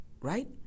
right